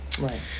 Right